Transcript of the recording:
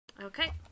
Okay